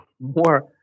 more